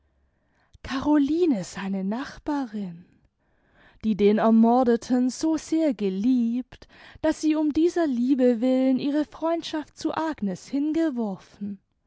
caroline seine nachbarin die den ermordeten so sehr geliebt daß sie um dieser liebe willen ihre freundschaft zu agnes hingeworfen